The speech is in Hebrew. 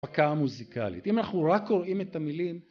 הפקה המוזיקלית אם אנחנו רק קוראים את המילים.